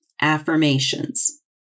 Affirmations